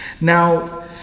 Now